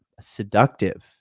seductive